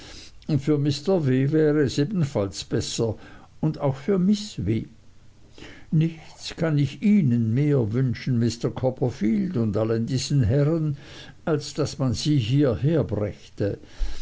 für mr w wäre es ebenfalls besser und auch für miß w nichts kann ich ihnen mehr wünschen mr copperfield und allen diesen herrn als daß man sie hierher brächte